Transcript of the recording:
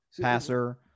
passer